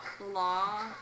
law